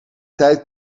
tijd